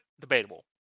Debatable